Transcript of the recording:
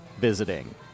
visiting